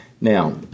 Now